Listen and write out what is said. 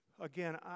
Again